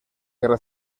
guerra